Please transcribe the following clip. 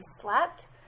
slept